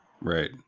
Right